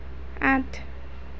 আঠ